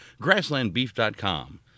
grasslandbeef.com